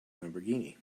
lamborghini